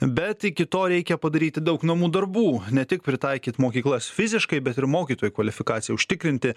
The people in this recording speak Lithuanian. bet iki to reikia padaryti daug namų darbų ne tik pritaikyt mokyklas fiziškai bet ir mokytojų kvalifikaciją užtikrinti